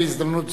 בהזדמנות זו,